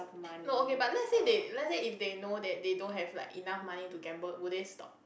no okay but let's say they let's say if they know that they don't have like enough money to gamble will they stop